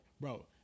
bro